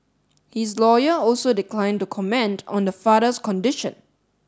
his lawyer also declined to comment on the father's condition